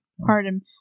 pardon